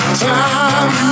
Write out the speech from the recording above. time